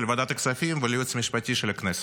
ועדת הכספים ולייעוץ המשפטי של הכנסת.